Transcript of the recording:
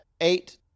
eight